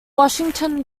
washington